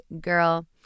girl